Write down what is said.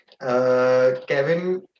Kevin